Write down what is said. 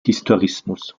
historismus